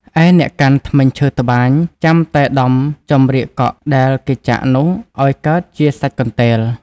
ឯអ្នកកាន់ ធ្មេញឈើត្បាញ ចាំតែដំចំរៀកកក់ដែលគេចាក់នោះអោយកើតជាសាច់កន្ទេល ។